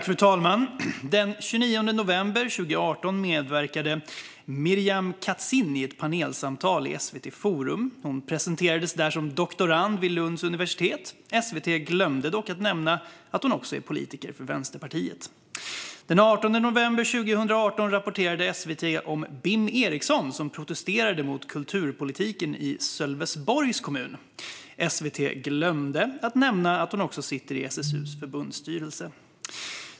Fru talman! Den 29 november 2018 medverkade Mirjam Katzin i ett panelsamtal i SVT Forum . Hon presenterades där som doktorand vid Lunds universitet. SVT glömde dock nämna att hon också är politiker för Vänsterpartiet. Den 18 november 2018 rapporterade SVT om Bim Eriksson som protesterade mot kulturpolitiken i Sölvesborgs kommun. SVT glömde nämna att hon också sitter i SSU:s förbundsstyrelse.